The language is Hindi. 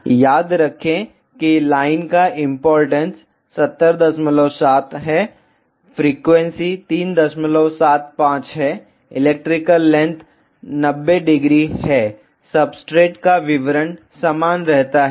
vlcsnap 2018 09 20 14h53m05s944 याद रखें कि लाइन का इंपोर्टेंस 707 है फ्रीक्वेंसी 375 है इलेक्ट्रिकल लेंथ 90 डिग्री है सबस्ट्रेट्स का विवरण समान रहता है